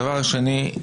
הדבר השני,